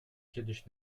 kiedyś